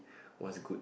what's good